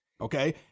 Okay